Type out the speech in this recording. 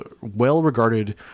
well-regarded